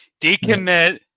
decommit